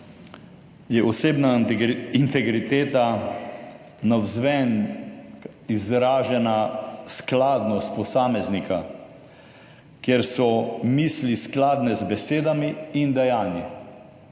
je osebna integriteta navzven izražena skladnost posameznika, kjer so misli skladne z besedami in dejanji.